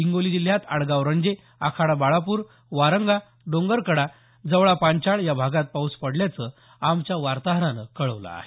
हिंगोली जिल्ह्यात आडगाव रंजे आखाडा बाळापूर वारंगा डोंगरकडा जवळा पांचाळ या भागात पाऊस पडल्याचं आमच्या वार्ताहरांन कळवलं आहे